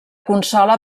consola